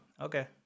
Okay